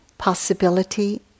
possibility